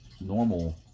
normal